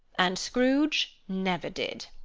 and scrooge never did.